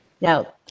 Now